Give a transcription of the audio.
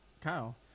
Kyle